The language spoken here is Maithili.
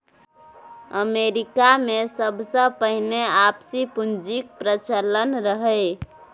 अमरीकामे सबसँ पहिने आपसी पुंजीक प्रचलन रहय